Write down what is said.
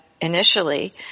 initially